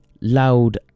loud